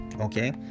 okay